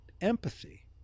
empathy